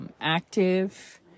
active